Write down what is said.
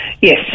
Yes